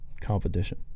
competition